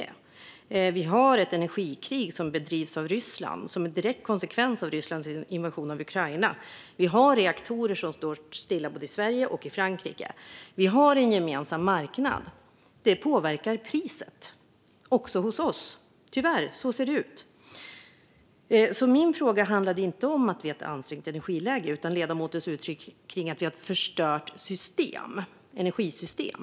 Ryssland bedriver ett energikrig som en direkt konsekvens av sin invasion av Ukraina. Reaktorer står stilla både i Sverige och i Frankrike. Vi har en gemensam marknad. Det påverkar priset, också hos oss. Så ser det tyvärr ut. Min fråga handlade inte om att energiläget är ansträngt utan om det ledamoten gett uttryck för om att vi har ett förstört energisystem.